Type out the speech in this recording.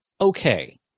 okay